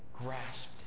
grasped